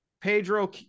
Pedro